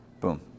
Boom